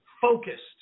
focused